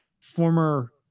former